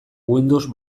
windows